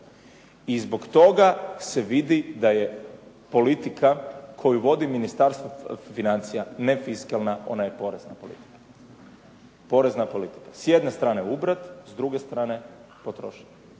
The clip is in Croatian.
i zbog toga se vidi da je politika koju vodi MInistarstvo financija nefiskalna, ona je porezna politika. S jedne strane ubrati, s druge strane potrošiti.